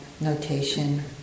notation